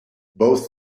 both